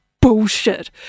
Bullshit